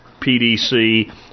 PDC